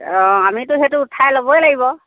অঁ আমিতো সেইটো উঠাই ল'বই লাগিব